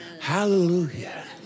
Hallelujah